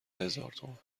هزارتومان